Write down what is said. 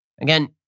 again